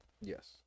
Yes